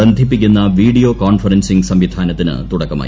ബന്ധിപ്പിക്കുന്ന video conferencing സംവിധാനത്തിന് തുടക്കമായി